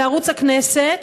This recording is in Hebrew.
בערוץ הכנסת,